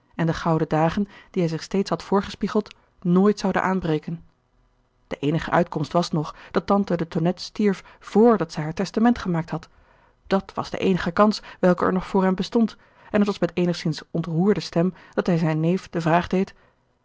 en de gouden dagen die hij zich steeds had voorgespiegeld nooit zouden aanbreken de eenige uitkomst was nog dat tante de tonnette stierf vr dat zij haar testament gemaakt had dat was de eenige kans welke er nog voor hem bestond en het was met eenigzins ontroerde stem dat hij zijn neef de vraag deed